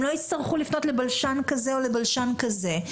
הם לא יצטרכו לפנות לבלשן כזה או לבלשן כזה,